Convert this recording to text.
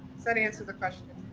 does that answer the question?